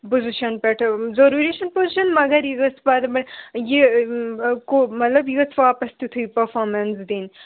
position پٮ۪ٹھٕ ضٔروری چھِنہٕ پُزِشَن مگر یہِ گٔژھ یہِ کوپ مطلب یہِ گٔژھ واپَس تیُتھٕے پٔفامٮ۪نٕس دِنۍ